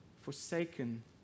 forsaken